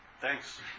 Thanks